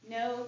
no